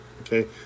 Okay